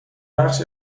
بخش